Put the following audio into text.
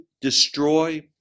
destroy